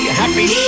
happy